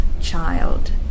child